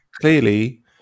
Clearly